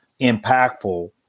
impactful